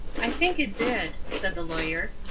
i think it did, said the lawyer.